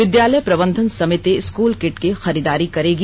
विद्यालय प्रबंधन समिति स्कूल किट की खरीदारी करेगी